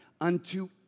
unto